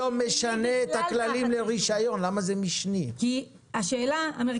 כל עוד זה שירות בחינם, אינטרנטי או